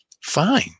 fine